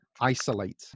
isolate